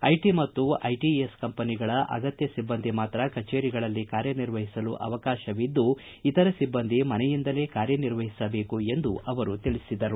IT ಮತ್ತು ITES ಕಂಪೆನಿಗಳ ಅಗತ್ಯ ಸಿಬ್ಬಂದಿ ಮಾತ್ರ ಕಚೇರಿಗಳಲ್ಲಿ ಕಾರ್ಯ ನಿರ್ವಹಿಸಲು ಅವಕಾಶವಿದ್ದು ಇತರ ಸಿಬ್ಬಂದಿ ಮನೆಯಿಂದಲೇ ಕಾರ್ಯನಿರ್ವಹಿಸಬೇಕು ಎಂದು ಅವರು ತಿಳಿಸಿದರು